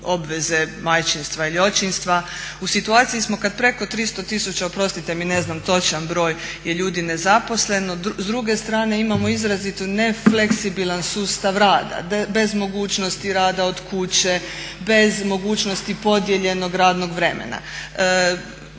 U situaciji smo kada preko 300 tisuća, oprostite mi ne znam točan broj je ljudi nezaposleno. S druge strane imamo izrazito nefleksibilan sustav rada, bez mogućnosti rada od kuće, bez mogućnosti podijeljenog radnog vremena.